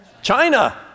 China